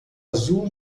azul